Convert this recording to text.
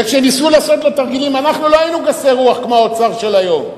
וכשניסו לעשות לו תרגילים אנחנו לא היינו גסי רוח כמו האוצר של היום.